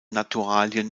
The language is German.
naturalien